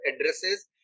addresses